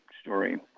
story